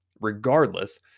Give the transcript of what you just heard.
Regardless